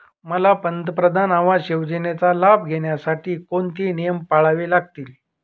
मला पंतप्रधान आवास योजनेचा लाभ घेण्यासाठी कोणते नियम पाळावे लागतील?